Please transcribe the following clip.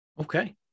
Okay